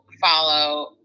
follow